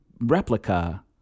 replica